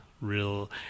real